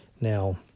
Now